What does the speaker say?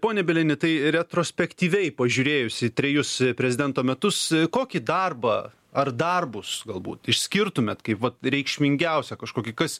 pone bielini tai retrospektyviai pažiūrėjus į trejus prezidento metus kokį darbą ar darbus galbūt išskirtumėt kaip vat reikšmingiausią kažkokį kas